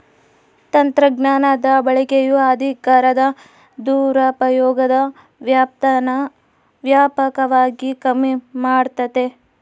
ತಂತ್ರಜ್ಞಾನದ ಬಳಕೆಯು ಅಧಿಕಾರದ ದುರುಪಯೋಗದ ವ್ಯಾಪ್ತೀನಾ ವ್ಯಾಪಕವಾಗಿ ಕಮ್ಮಿ ಮಾಡ್ತತೆ